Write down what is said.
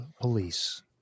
Police